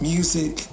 Music